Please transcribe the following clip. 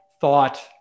thought